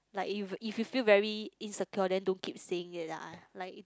like if if you feel very insecure then don't keep saying it ah like